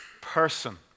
person